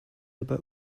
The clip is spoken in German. dabei